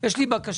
יש לי בקשה.